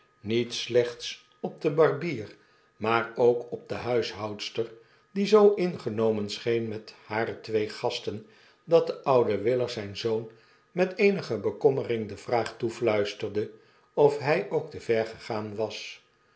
niet slecbts op den barbier maar ook op de huishoudster die zoo ingenomen scheen met hare twee gasten dat de oude weller zijn zoon met eenige bekommering de vraag toefluisterde of hy ook te ver gegaan was